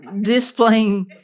displaying